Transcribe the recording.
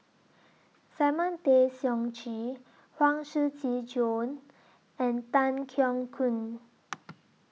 Simon Tay Seong Chee Huang Shiqi Joan and Tan Keong Choon